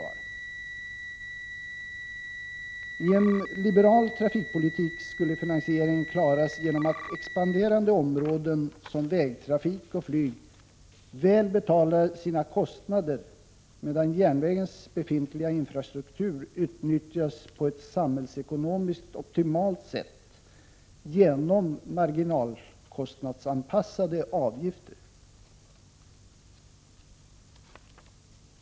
61 I en liberal trafikpolitik skulle finansieringen klaras genom att expanderande områden, som vägtrafik och flyg, väl betalar sina kostnader, medan järnvägens befintliga infrastruktur utnyttjas på ett samhällsekonomiskt optimalt sätt genom marginalkostnadsanpassade avgifter.